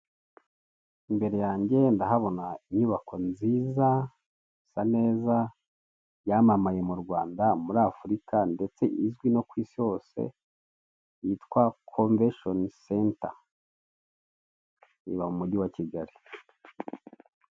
Imbere yanjye ndahabona inyubako nziza isa neza, yamamaye mu Rwanda, muri Afurika ndetse izwi no kwisi hose yitwa komveshoni senta, iba mu mujyi wa kigali.